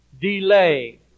delay